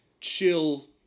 chill